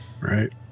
Right